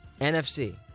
NFC